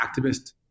activist